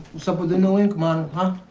what's up with the new ink, man, huh?